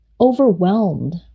overwhelmed